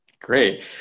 Great